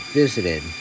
visited